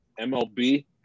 MLB